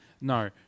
no